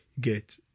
get